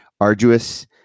arduous